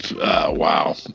Wow